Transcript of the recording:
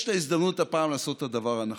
יש לה הזדמנות הפעם לעשות את הדבר הנכון.